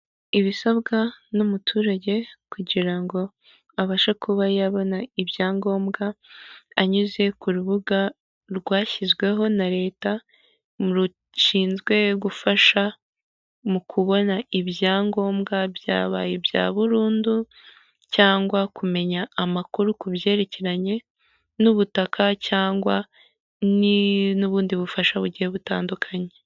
Ibisabwa n'umuturage kugira ngo abashe kuba yabona ibyangombwa, anyuze ku rubuga rwashyizweho na leta rushinzwe gufasha mu kubona ibyangombwa byabaye ibya burundu, cyangwa kumenya amakuru ku byerekeranye n'ubutaka cyangwa n'ubundi bufasha bugiye butandukanye.